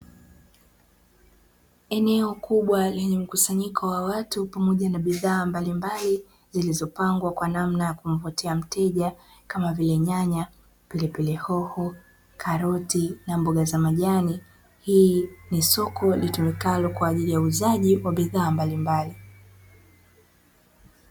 Eneo kubwa lenye mkusanyiko wa watu pamoja na bidhaa mbalimbali zilizopangwa kwa namna ya kumvutia mteja kama vile nyanya, pilipili hoho, karoti na mboga za majani. Hii ni soko litumikalo kwa ajili ya uuzaji wa bidhaa mbalimbali.